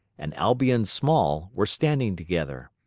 and albion small were standing together.